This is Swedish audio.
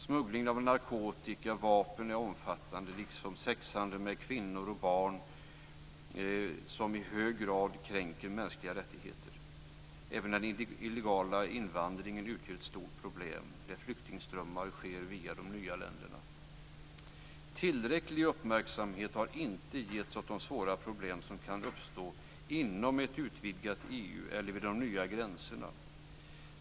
Smugglingen av narkotika och vapen är omfattande, liksom sexhandeln med kvinnor och barn, en handel som i hög grad kränker mänskliga rättigheter. Även den illegala invandringen utgör ett stort problem, där flyktingströmmar sker via de nya länderna. Tillräcklig uppmärksamhet har inte getts åt de svåra problem som kan uppstå inom ett utvidgat EU eller vid de nya gränserna.